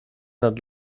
nad